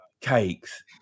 cakes